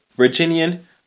Virginian